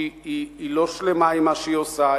שהיא לא שלמה עם מה שהיא עושה,